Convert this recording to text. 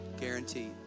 Guaranteed